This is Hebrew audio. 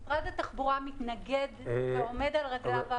משרד התחבורה מתנגד ועומד על רגליו האחוריות.